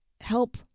help